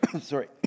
sorry